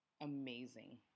amazing